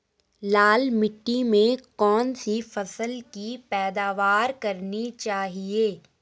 लाल मिट्टी में कौन सी फसल की पैदावार करनी चाहिए?